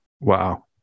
Wow